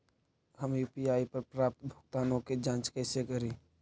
हम यु.पी.आई पर प्राप्त भुगतानों के जांच कैसे करी?